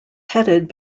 headed